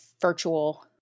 virtual